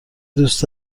دوست